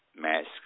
masks